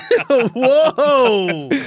Whoa